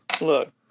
Look